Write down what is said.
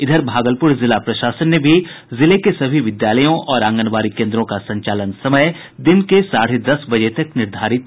इधर भागलपुर जिला प्रशासन ने भी जिले के सभी विद्यालयों और आंगनबाड़ी केन्द्रों का संचालन समय दिन के साढ़े दस बजे तक निर्धारित किया है